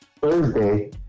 Thursday